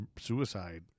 suicide